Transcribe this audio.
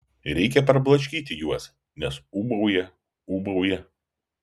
reikia prablaškyti juos nes ūbauja ūbauja